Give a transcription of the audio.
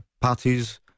parties